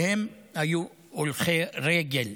והם היו הולכי רגל.